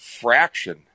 fraction